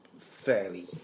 fairly